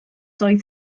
oedd